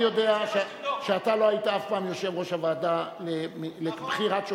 אני יודע שאתה לא היית אף פעם יושב-ראש הוועדה לבחירת שופטים,